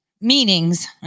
meanings